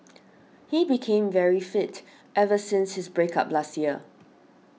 he became very fit ever since his break up last year